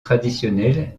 traditionnels